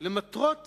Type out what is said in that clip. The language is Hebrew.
למטרות